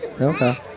Okay